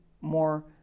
more